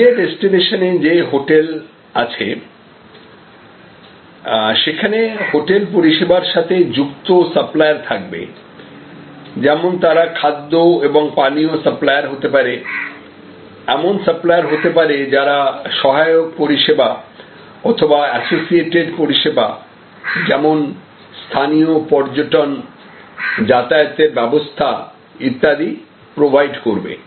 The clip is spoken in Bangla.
হলিডে ডেস্টিনেশনে যে হোটেল আছে সেখানে হোটেল পরিষেবার সাথে যুক্ত সাপ্লায়ার থাকবে যেমন তারা খাদ্য এবং পানীয় সাপ্লায়ার হতে পারে এমন সাপ্লায়ার হতে পারে যারা সহায়ক পরিষেবা অথবা অ্যাসোসিয়েটেড পরিষেবা যেমন স্থানীয় পর্যটন যাতায়াতের ব্যবস্থা ইত্যাদি প্রোভাইড করবে